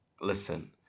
Listen